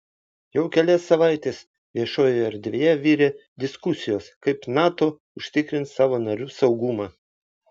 jau kelias savaites viešojoje erdvėje virė diskusijos kaip nato užtikrins savo narių saugumą